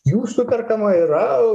jų superkama yra